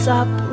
up